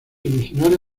originaria